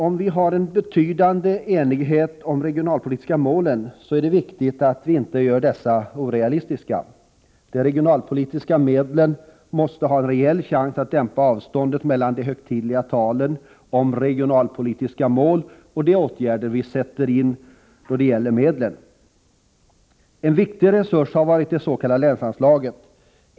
Om vi har en betydande enighet om de regionalpolitiska målen, är det viktigt att vi inte gör dessa orealistiska. De regionalpolitiska medlen måste ha en rejäl chans att dämpa avståndet mellan de högtidliga talen om regionalpolitiska mål och de åtgärder vi sätter in. En viktig resurs har varit det s.k. länsanslaget.